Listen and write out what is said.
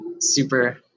super